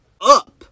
up